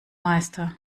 meister